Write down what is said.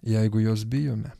jeigu jos bijome